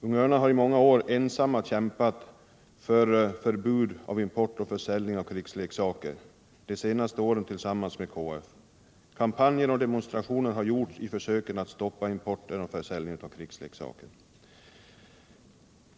Unga Örnar har i många år ensamma kämpat för ett förbud mot import och försäljning av krigsleksaker, de senaste åren tillsammans med KF. Kampanjer och demonstrationer har genomförts i försöken att stoppa importen och försäljningen av krigsleksaker.